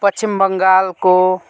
पश्चिम बङ्गालको